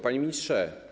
Panie Ministrze!